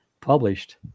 published